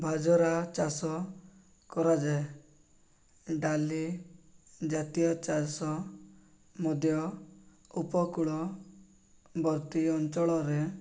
ବାଜରା ଚାଷ କରାଯାଏ ଡାଲି ଜାତୀୟ ଚାଷ ମଧ୍ୟ ଉପକୂଳବର୍ତ୍ତୀ ଅଞ୍ଚଳରେ